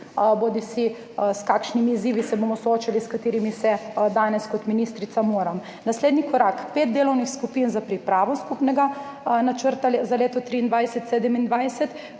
bodisi s kakšnimi izzivi se bomo soočali, s katerimi se danes kot ministrica moram. Naslednji korak, pet delovnih skupin za pripravo skupnega načrta za leta od 2023